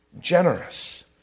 generous